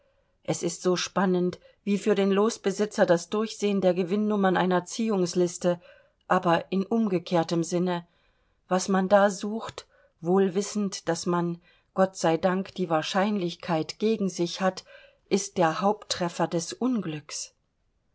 es ist so spannend wie für den losbesitzer das durchsehen der gewinnnummern einer ziehungsliste aber in umgekehrtem sinne was man da sucht wohl wissend daß man gott sei dank die wahrscheinlichkeit gegen sich hat ist der haupttreffer des unglücks